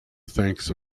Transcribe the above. thanks